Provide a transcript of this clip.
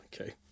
Okay